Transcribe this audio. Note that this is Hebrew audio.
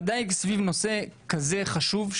ודאי סביב נושא כזה חשוב,